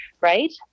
Right